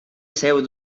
seu